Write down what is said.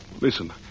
Listen